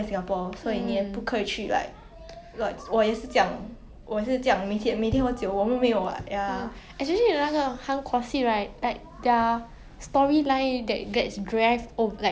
you get what I mean but in singapore 很少有这种事在韩国你买那种酒很便宜 singapore 你买酒你会破产的